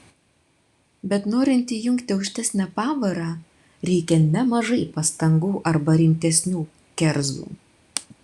bet norint įjungti aukštesnę pavarą reikia nemažai pastangų arba rimtesnių kerzų